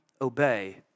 obey